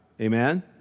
Amen